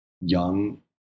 young